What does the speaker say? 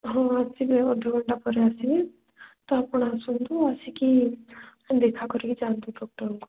ହଉ ଆସିବେ ଅଧଘଣ୍ଟା ପରେ ଆସିବେ ତ ଆପଣ ଆସନ୍ତୁ ଆସିକି ଦେଖାକରିକି ଯାଆନ୍ତୁ ଡକ୍ଟର୍ଙ୍କୁ